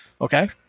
Okay